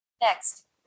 Next